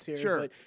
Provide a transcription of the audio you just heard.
Sure